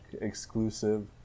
exclusive